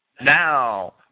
Now